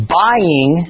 buying